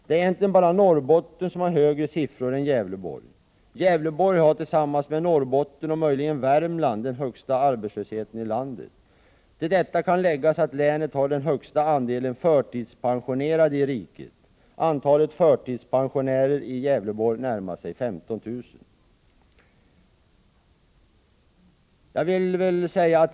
Det är egentligen bara Norrbotten som har högre siffror än Gävleborg. Gävleborg har tillsammans med Norrbotten och möjligen Värmland den högsta arbetslösheten i landet. Till detta kan läggas att länet har den högsta andelen förtidspensionerade i riket. Antalet förtidspensionärer i Gävleborg närmar sig 15 000.